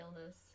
illness